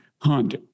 Hunt